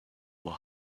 were